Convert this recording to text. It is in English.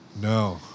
No